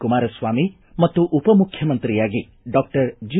ಕುಮಾರಸ್ವಾಮಿ ಮತ್ತು ಉಪಮುಖ್ಯಮಂತ್ರಿಯಾಗಿ doctor G